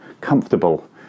comfortable